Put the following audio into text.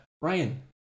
Ryan